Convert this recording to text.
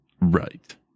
Right